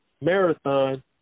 marathon